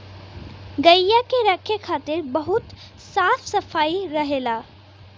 गइया के रखे खातिर बहुत साफ सफाई चाहेला